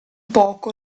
poco